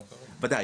ודאי.